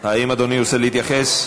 האם אדוני רוצה להתייחס?